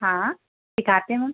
हाँ सिखाते हम